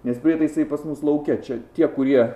nes prietaisai pas mus lauke čia tie kurie